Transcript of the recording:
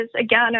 again